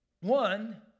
One